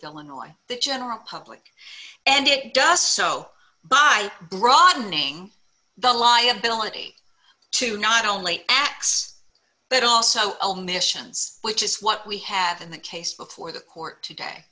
illinois the general public and it does so by broadening the liability to not only acts but also all missions which is what we have in the case before the court today